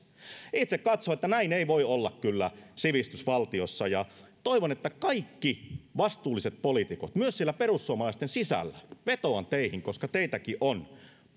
itse katson että näin ei voi olla kyllä sivistysvaltiossa ja toivon että kaikki vastuulliset poliitikot myös siellä perussuomalaisten sisällä vetoan teihin koska teitäkin on